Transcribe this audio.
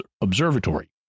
Observatory